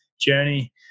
journey